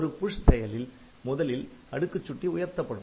ஒரு புஷ் செயலில் முதலில் அடுக்குச் சுட்டி உயர்த்தப்படும்